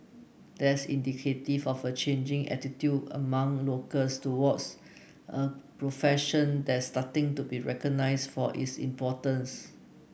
that's indicative of a changing attitude among locals towards a profession that's starting to be recognized for its importance